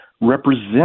represent